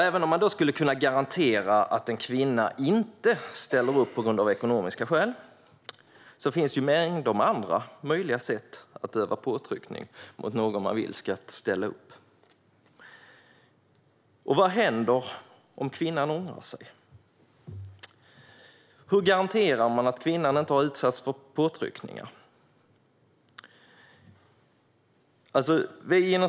Även om man skulle kunna garantera att en kvinna inte ställer upp på grund av ekonomiska skäl finns det mängder av andra sätt att utöva påtryckningar mot någon som man vill ska ställa upp. Vad händer om kvinnan ångrar sig? Hur garanterar man att kvinnan inte har utsatts för påtryckningar?